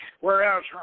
whereas